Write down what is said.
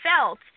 felt